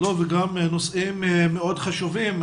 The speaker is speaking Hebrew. וגם נושאים מאוד חשובים,